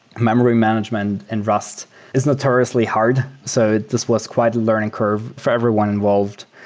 memory management and rust is notoriously hard. so this was quite a learning curve for everyone involved.